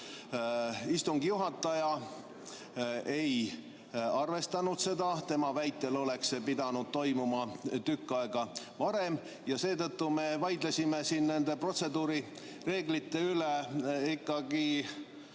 Istungi juhataja ei arvestanud seda, tema väitel oleks see pidanud toimuma tükk aega varem. Seetõttu me vaidlesime siin nende protseduurireeglite üle selle